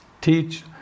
teach